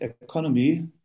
economy